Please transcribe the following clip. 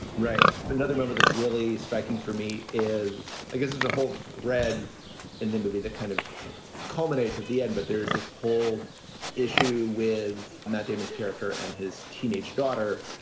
right. but another movie that's really striking for me is i guess there's a whole thread in the movie that kind of culminates at the end. but there is this whole issue with matt damon's character and his teenage daughter,